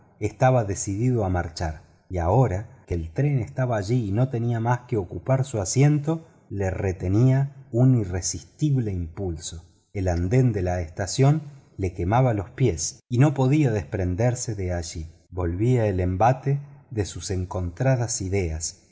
estaba decidido a marchar y ahora que el tren estaba allí y no tenía más que ocupar su asiento le retenía un irresistible impulso el andén de la estación le quemaba los pies y no podía desprenderse de allí volvió al embate de sus encontradas ideas